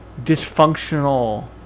dysfunctional